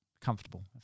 comfortable